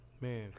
Man